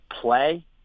play